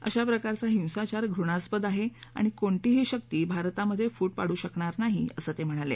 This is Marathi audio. अशा प्रकारचा हिंसाचार घृणास्पद आहे आणि कोणतीही शक्ती भारतामध्ये फूट पाडू शकणार नाही असं ते म्हणाले